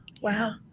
Wow